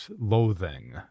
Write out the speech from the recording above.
loathing